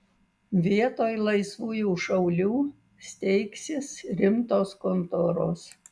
vietoj laisvųjų šaulių steigsis rimtos kontoros